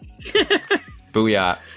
Booyah